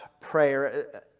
prayer